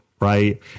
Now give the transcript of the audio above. right